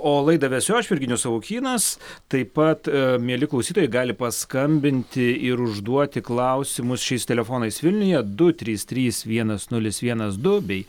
o laidą vesiu aš virginijus savukynas taip pat mieli klausytojai gali paskambinti ir užduoti klausimus šiais telefonais vilniuje du trys trys vienas nulis vienas du bei